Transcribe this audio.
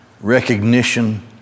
recognition